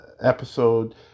episode